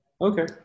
Okay